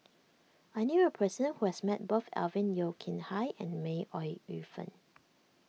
I knew a person who has met both Alvin Yeo Khirn Hai and May Ooi Yu Fen